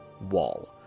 wall